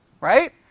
Right